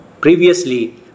previously